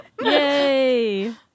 Yay